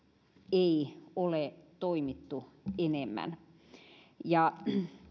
ei ole toimittu enemmän